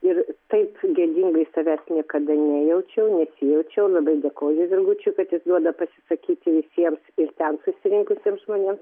ir taip gėdingai savęs niekada nejaučiau nesijaučiau labai dėkoju virgučiui kad jis duoda pasisakyti visiems ir ten susirinkusiems žmonėms